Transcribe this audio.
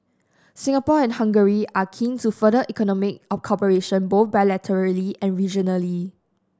Singapore and Hungary are keen to further economic cooperation both bilaterally and regionally